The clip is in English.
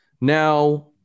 Now